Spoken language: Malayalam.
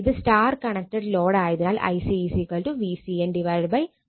ഇത് സ്റ്റാർ കണക്റ്റഡ് ലോഡ് ആയതിനാൽ Ic VCN ZC